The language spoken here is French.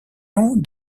long